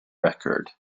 record